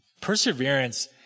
Perseverance